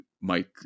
Mike